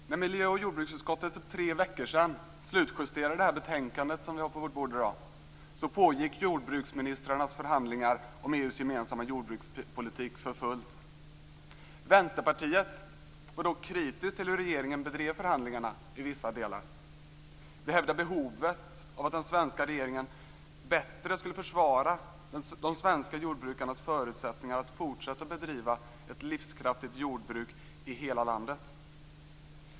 Fru talman! När miljö och jordbruksutskottet för tre veckor sedan slutjusterade detta betänkande pågick jordbruksministrarnas förhandlingar om EU:s gemensamma jordbrukspolitik för fullt. Vänsterpartiet var då kritiskt till hur regeringen bedrev förhandlingarna i vissa delar. Vi hävdade behovet av att den svenska regeringen bättre skulle försvara de svenska jordbrukarnas förutsättningar att fortsätta bedriva ett livskraftigt jordbruk i hela landet.